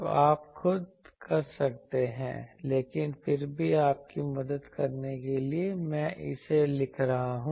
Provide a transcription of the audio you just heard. तो आप खुद कर सकते हैं लेकिन फिर भी आपकी मदद करने के लिए मैं इसे लिख रहा हूं